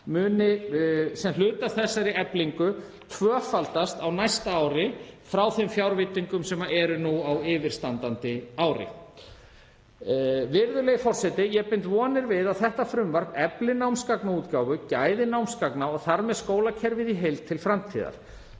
muni sem hluti af þessari eflingu tvöfaldast á næsta ári frá þeim fjárveitingum sem eru nú á yfirstandandi ári. Virðulegi forseti. Ég bind vonir við að þetta frumvarp efli námsgagnaútgáfu, gæði námsgagna og þar með skólakerfið í heild til framtíðar.